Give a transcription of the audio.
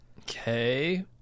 Okay